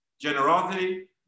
generosity